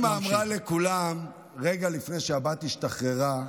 רגע לפני שהבת השתחררה,